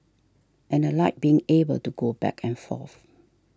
and I like being able to go back and forth